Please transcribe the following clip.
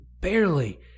barely